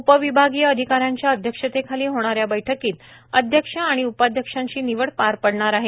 उपविभागीय अधिकाऱ्यांच्या अध्यक्षतेखाली होणाऱ्या बैठकीत अध्यक्ष उपाध्यक्षांची निवड पार पडणार आहे